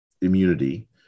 immunity